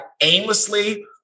aimlessly